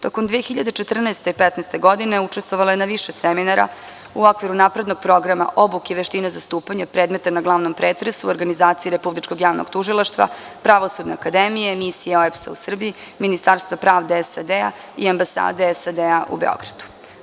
Tokom 2014. i 2015. godine učestvovala je na više seminara u okviru Naprednog programa obuke i veštine zastupanja predmeta na glavnom pretresu u organizaciji Republičkog javnog tužilaštva, Pravosudne akademije, Misije OEBS-a u Srbiji, Ministarstva pravde SAD i Ambasade SAD u Beogradu.